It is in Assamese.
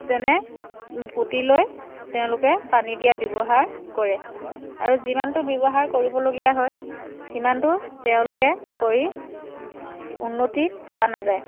যেনে পুতি লৈ তেওঁলোকে পানী দিয়াৰ ব্যৱহাৰ কৰে আৰু যিমানটো ব্যৱহাৰ কৰিবলগীয়া হয় সিমানটো তেওঁলোকে কৰি উন্নতি পোৱা নাযায়